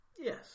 Yes